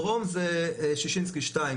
הברום זה שישינסקי 2,